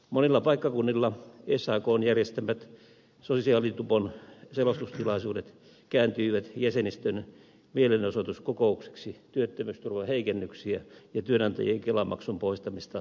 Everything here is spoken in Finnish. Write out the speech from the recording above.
monilla paikkakunnilla sakn järjestämät sosiaalitupon selostustilaisuudet kääntyivät jäsenistön mielenosoituskokouksiksi työttömyysturvan heikennyksiä ja työnantajien kelamaksun poistamista vastaan